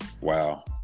Wow